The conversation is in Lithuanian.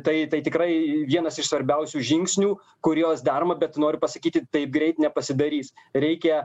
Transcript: tai tai tikrai vienas iš svarbiausių žingsnių kuriuos daroma bet noriu pasakyti taip greit nepasidarys reikia